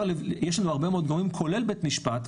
יש לנו הרבה מאוד גורמים כולל בית המשפט,